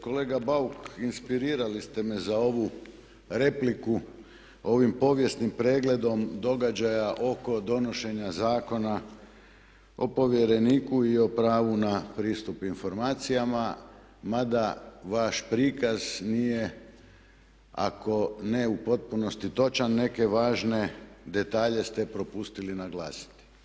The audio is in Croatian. Kolega Bauk inspirirali ste me za ovu repliku ovim povijesnim pregledom događaja oko donošenja Zakona o povjereniku i o pravu na pristup informacijama mada vaš prikaz nije ako ne u potpunosti točan neke važne detalje ste propustili naglasiti.